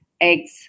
eggs